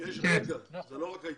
רק היתומים.